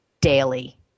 daily